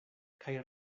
kaj